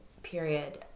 period